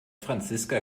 franziska